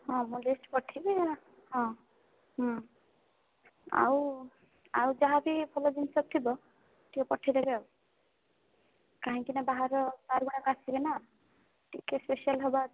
ହଁ ମୁଁ ଲିଷ୍ଟ୍ ପଠାଇବି ହଁ ଆଉ ଆଉ ଯାହା ବି ଭଲ ଜିନିଷ ଥିବ ଟିକିଏ ପଠାଇଦେବେ ଆଉ କାହିଁକି ନା ବାହାର ସାର୍ଗୁଡାକ ଆସିବେ ନା ଟିକିଏ ସ୍ପେସିଆଲ୍ ହେବା ଅଛି